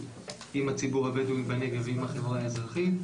עם הציבור הבדואי בנגב ועם החברה האזרחית.